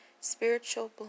spiritual